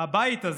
הבית הזה,